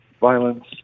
violence